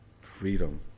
Freedom